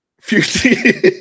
Future